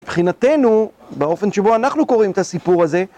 מבחינתנו, באופן שבו אנחנו קוראים את הסיפור הזה